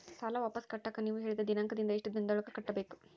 ಸಾಲ ವಾಪಸ್ ಕಟ್ಟಕ ನೇವು ಹೇಳಿದ ದಿನಾಂಕದಿಂದ ಎಷ್ಟು ದಿನದೊಳಗ ಕಟ್ಟಬೇಕು?